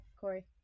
Corey